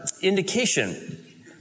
indication